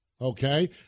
okay